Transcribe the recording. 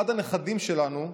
עד הנכדים שלנו,